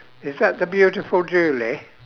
is that the beautiful julie